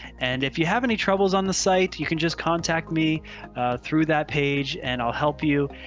and if you have any troubles on the site, you can just contact me through that page and i'll help you.